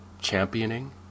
championing